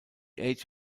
age